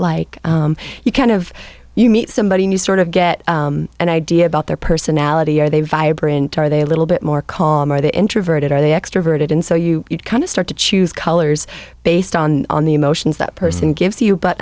like you kind of you meet somebody new sort of get an idea about their personality are they vibrant are they a little bit more calm or the interviewer did are they extroverted and so you kind of start to choose colors based on on the emotions that person gives you but